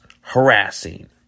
harassing